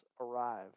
arrive